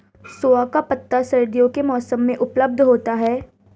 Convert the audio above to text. सोआ का पत्ता सर्दियों के मौसम में उपलब्ध होता है